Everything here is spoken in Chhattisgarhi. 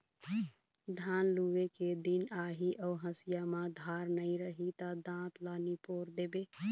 धान लूए के दिन आही अउ हँसिया म धार नइ रही त दाँत ल निपोर देबे